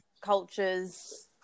cultures